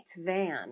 van